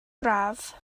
braf